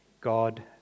God